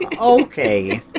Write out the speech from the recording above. Okay